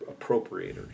appropriators